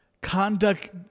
conduct